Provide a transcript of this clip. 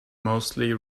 mostly